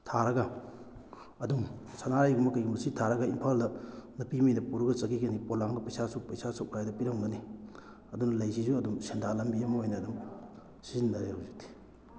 ꯊꯥꯔꯒ ꯑꯗꯨꯝ ꯁꯅꯥꯔꯩꯒꯨꯝꯕ ꯀꯩꯒꯨꯝꯕꯁꯤ ꯊꯥꯔꯒ ꯏꯝꯐꯥꯜꯗ ꯅꯨꯄꯤꯉꯩꯅ ꯄꯨꯔꯒ ꯆꯠꯈꯤꯒꯅꯤ ꯄꯣꯂꯥꯡꯗ ꯄꯩꯁꯥ ꯑꯁꯨꯛ ꯄꯩꯁꯥ ꯑꯁꯨꯛ ꯍꯥꯏꯗꯅ ꯄꯤꯔꯝꯃꯅꯤ ꯑꯗꯨꯅ ꯂꯩꯁꯤꯁꯨ ꯑꯗꯨꯝ ꯁꯦꯟꯗꯥꯟ ꯂꯝꯕꯤ ꯑꯃ ꯑꯣꯏꯅ ꯑꯗꯨꯝ ꯁꯤꯖꯤꯟꯅꯔꯦ ꯍꯧꯖꯤꯛꯇꯤ